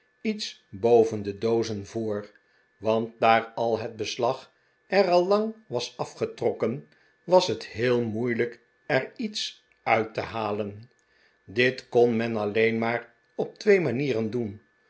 iets boven de doozen voor want daar al het beslag er al lang was afgetrokken was het heel moeilijk er iets uit te halen dit kon men alleen maar op twee manieren doen